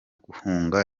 guhunga